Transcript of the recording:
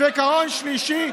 עיקרון שלישי,